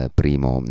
primo